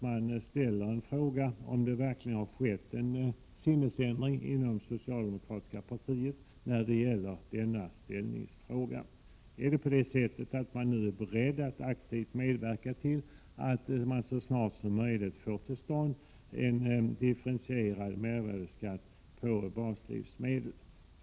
Man ställer sig frågan om det verkligen har skett en sinnesändring inom det socialdemokratiska partiet när det gäller inställningen i denna fråga. Är man nu beredd att aktivt medverka till att så snart som möjligt få till stånd en differentierad mervärdeskatt på baslivsmedel?